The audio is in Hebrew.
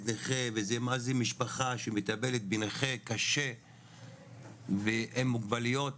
נכה ומה זה משפחה שמטפלת בילד נכה קשה ועם מוגבלויות,